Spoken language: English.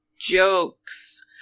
jokes